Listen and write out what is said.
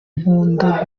nkunda